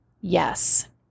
Yes